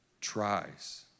tries